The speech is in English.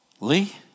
Lee